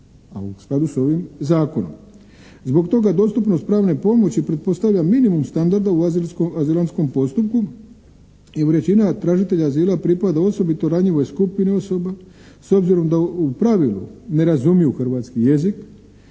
Zbog toga dostupnost pravne pomoći pretpostavlja minimum standarda u azilantskom postupku i većina tražitelja azila pripada osobito ranjivoj skupini osoba s obzirom da u pravilu ne razumiju hrvatski jezik